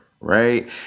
Right